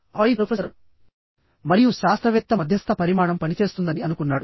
ఆపై ప్రొఫెసర్ మరియు శాస్త్రవేత్త మధ్యస్థ పరిమాణం పనిచేస్తుందని అనుకున్నాడు